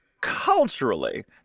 culturally